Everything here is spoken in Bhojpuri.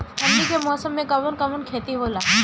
ठंडी के मौसम में कवन कवन खेती होला?